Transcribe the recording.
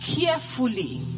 carefully